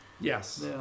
Yes